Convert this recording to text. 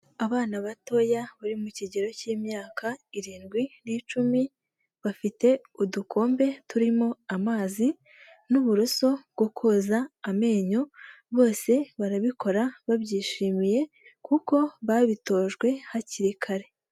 Abana batoya bari mu kigero cy'imyaka irindwi ni icumi bafite udukombe turimo amazi n'uburoso bwo koza amenyo bose barabikora babyishimiye kuko babitojwe hakiri kare.